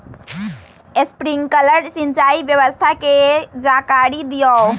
Sprinkler सिंचाई व्यवस्था के जाकारी दिऔ?